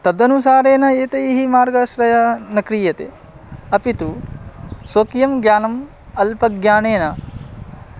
तदनुसारेण एतैः मार्गाश्रयः न क्रियते अपि तु स्वकीयं ज्ञानम् अल्पज्ञानेन